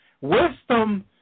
Wisdom